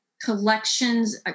collections